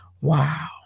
Wow